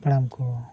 ᱦᱟᱯᱲᱟᱢ ᱠᱚ